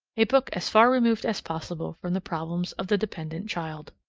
a book as far removed as possible from the problems of the dependent child.